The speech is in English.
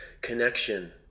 Connection